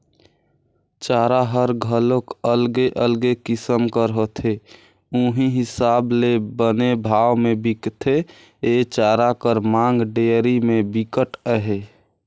चारा हर घलोक अलगे अलगे किसम कर होथे उहीं हिसाब ले बने भाव में बिकथे, ए चारा कर मांग डेयरी में बिकट अहे